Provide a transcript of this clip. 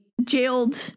jailed